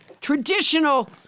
traditional